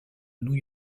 new